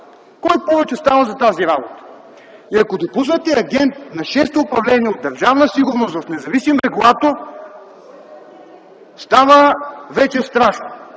Кой повече става за тази работа? Ако допуснете агент на Шесто управление от Държавна сигурност в независим регулатор, става вече страшно.